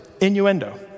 Innuendo